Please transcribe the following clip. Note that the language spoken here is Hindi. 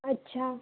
अच्छा